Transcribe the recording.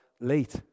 late